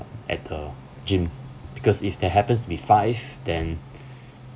at the gym because if there happens to be five then